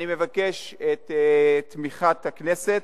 אני מבקש את תמיכת הכנסת,